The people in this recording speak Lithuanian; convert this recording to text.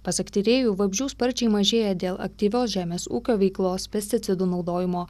pasak tyrėjų vabzdžių sparčiai mažėja dėl aktyvios žemės ūkio veiklos pesticidų naudojimo